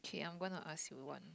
okay I'm gonna ask you one